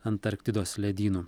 antarktidos ledynų